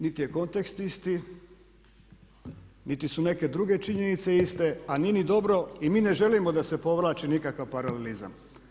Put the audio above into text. Niti je kontekst isti, niti su neke druge činjenice iste a nije niti dobro i mi želimo da se povlači nikakav paralelizam.